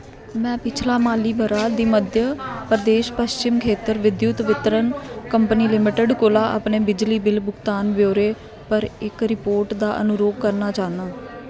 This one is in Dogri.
में पिछला माली ब'रा दी मध्य प्रदेश पश्चिम खेत्तर विद्युत वितरण कंपनी लिमिटेड कोला अपने बिजली बिल भुगतान ब्यौरे पर इक रिपोर्ट दा अनुरोध करना चाह्न्नां